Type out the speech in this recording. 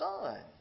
Son